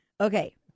Okay